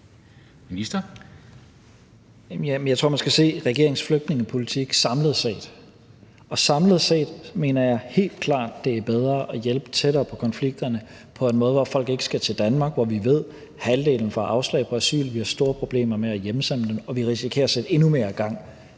Jeg tror, at man skal se regeringens flygtningepolitik samlet set. Og samlet set mener jeg helt klart, at det er bedre at hjælpe dem tættere på konflikterne – på en måde, så folk ikke skal til Danmark, hvor vi ved, at halvdelen får afslag på asyl. Vi har store problemer med at hjemsende dem, og vi risikerer at sætte endnu mere gang